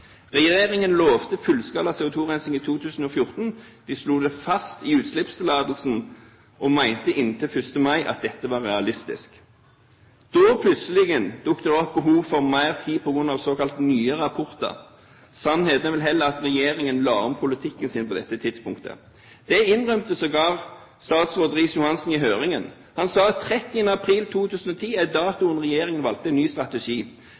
Regjeringen lovet fullskala CO2-rensing i 2014. Den slo det fast i utslippstillatelsen, og mente inntil 1. mai at dette var realistisk. Da dukket det plutselig opp behov for mer tid på grunn av såkalt nye rapporter. Sannheten er vel heller at regjeringen la om politikken sin på dette tidspunktet. Det innrømmet sågar statsråd Riis-Johansen i høringen. Han sa at 30. april 2010 var den datoen regjeringen valgte ny strategi.